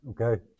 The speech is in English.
okay